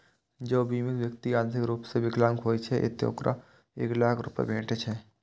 जौं बीमित व्यक्ति आंशिक रूप सं विकलांग होइ छै, ते ओकरा एक लाख रुपैया भेटै छै